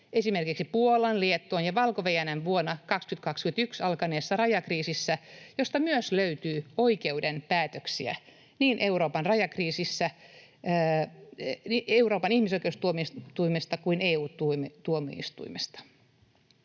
esimerkiksi Puolan, Liettuan ja Valko-Venäjän vuonna 2021 alkaneessa rajakriisissä, josta myös löytyy oikeuden päätöksiä niin Euroopan ihmisoikeustuomioistuimesta kuin EU-tuomioistuimesta.